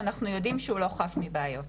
ואנחנו יודעים שהוא לא חף מבעיות.